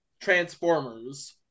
Transformers